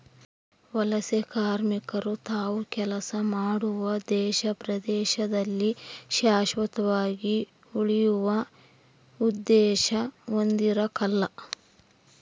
ವಲಸೆಕಾರ್ಮಿಕರು ತಾವು ಕೆಲಸ ಮಾಡುವ ದೇಶ ಪ್ರದೇಶದಲ್ಲಿ ಶಾಶ್ವತವಾಗಿ ಉಳಿಯುವ ಉದ್ದೇಶ ಹೊಂದಿರಕಲ್ಲ